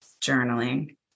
journaling